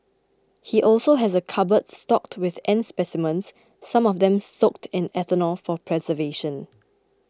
he also has a cupboard stocked with ant specimens some of them soaked in ethanol for preservation